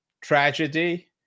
tragedy